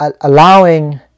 allowing